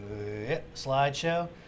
slideshow